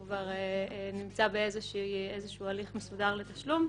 הוא כבר נמצא באיזשהו הליך מסודר לתשלום,